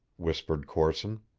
whispered corson.